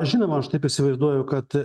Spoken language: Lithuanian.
žinoma aš taip įsivaizduoju kad